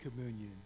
Communion